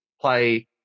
play